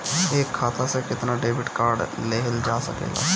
एक खाता से केतना डेबिट कार्ड लेहल जा सकेला?